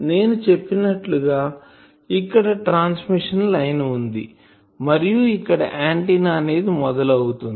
నేను చెప్పినట్లుగా ఇక్కడ ట్రాన్స్మిషన్ లైన్ వుంది మరియు ఇక్కడ ఆంటిన్నా అనేది మొదలు అవుతుంది